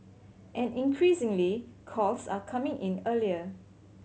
and increasingly calls are coming in earlier